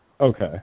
Okay